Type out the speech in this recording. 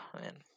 man